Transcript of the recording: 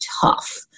tough